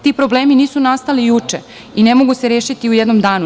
Ti problemi nisu nastali juče i ne mogu se rešiti u jednom danu.